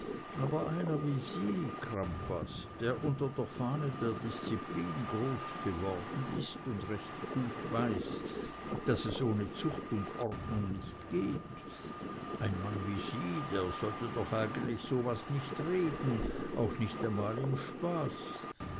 aber einer wie sie crampas der unter der fahne der disziplin großgeworden ist und recht gut weiß daß es ohne zucht und ordnung nicht geht ein mann wie sie der sollte doch eigentlich so was nicht reden auch nicht einmal im spaß